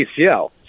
ACL